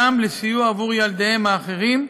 גם לסיוע בעבור ילדיהם האחרים,